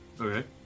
Okay